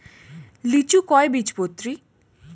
লিচু কয় বীজপত্রী?